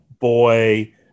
Boy